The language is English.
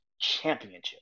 championship